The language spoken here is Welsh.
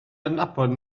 adnabod